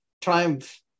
triumph